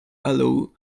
allow